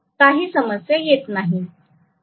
काही समस्या येत नाही